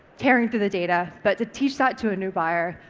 tearing through the data, but to teach that to a new buyer,